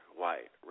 white